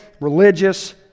religious